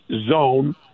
zone